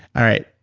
all right.